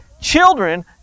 Children